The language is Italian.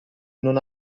non